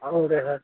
అవును సార్